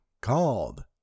called